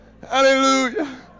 Hallelujah